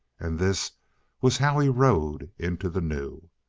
and this was how he rode into the new.